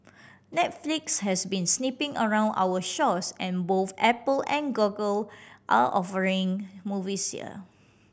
netflix has been sniffing around our shores and both Apple and Google are offering movies here